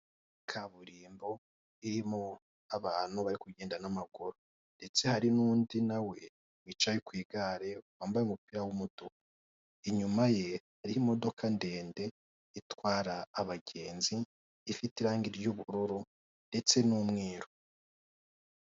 Kaburimbo irimo abantu bari kugenda n'amaguru, ndetse hari n'undi nawe wicaye ku igare wambaye umupira w'umutuku, inyuma ye hariho imodoka ndende itwara abagenzi ifite irangi ry'ubururu ndetse n'umweru.